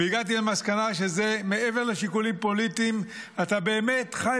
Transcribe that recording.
והגעתי למסקנה שזה מעבר לשיקולים פוליטיים: אתה באמת חי